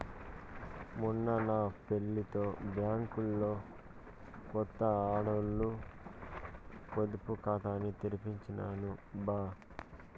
మొన్న నా పెళ్లితో బ్యాంకిలో కొత్త ఆడోల్ల పొదుపు కాతాని తెరిపించినాను బా